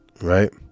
right